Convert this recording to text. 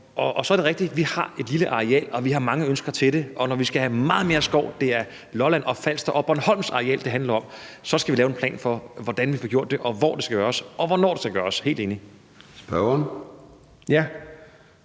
Så er det rigtigt, at vi har et lille areal, og vi har mange ønsker til det, og når vi skal have meget mere skov – det er Lolland og Falster og Bornholms areal, det handler om – skal vi lave en plan for, hvordan vi får gjort det, og hvor det skal gøres, og hvornår det skal gøres. Det er jeg helt